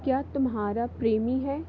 क्या तुम्हारा प्रेमी है